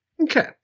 Okay